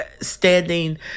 standing